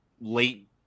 late